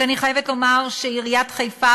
ואני חייבת לומר שעיריית חיפה,